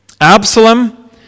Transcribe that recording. Absalom